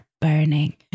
burning